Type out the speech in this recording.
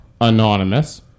anonymous